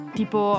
tipo